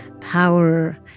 power